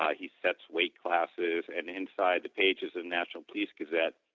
ah he sets weight classes and inside the pages of national police gazette,